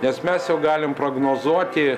nes mes jau galim prognozuoti